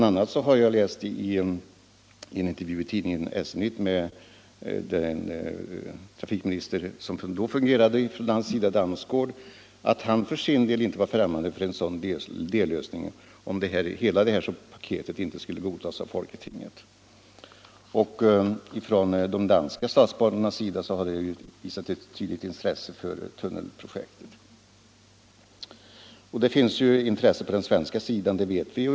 a. har jag i en intervju i tidningen SJ-Nytt med den förre danske trafikministern Damsgaard läst att han för sin del inte är främmande för en sådan dellösning, om hela detta paket inte skulle godtas av folketinget. De danska statsbanorna har också visat ett tydligt intresse för tunnelprojektet. Att det finns ett intresse på den svenska sidan vet vi.